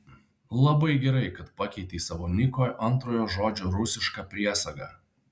labai gerai kad pakeitei savo niko antrojo žodžio rusišką priesagą